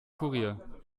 kurier